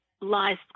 lies